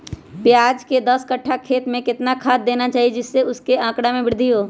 प्याज के दस कठ्ठा खेत में कितना खाद देना चाहिए जिससे उसके आंकड़ा में वृद्धि हो?